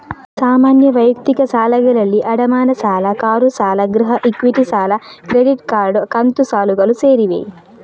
ಸಾಮಾನ್ಯ ವೈಯಕ್ತಿಕ ಸಾಲಗಳಲ್ಲಿ ಅಡಮಾನ ಸಾಲ, ಕಾರು ಸಾಲ, ಗೃಹ ಇಕ್ವಿಟಿ ಸಾಲ, ಕ್ರೆಡಿಟ್ ಕಾರ್ಡ್, ಕಂತು ಸಾಲಗಳು ಸೇರಿವೆ